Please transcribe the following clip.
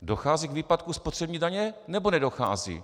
Dochází k výpadku spotřební daně, nebo nedochází?